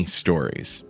stories